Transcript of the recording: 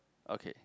okay